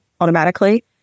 automatically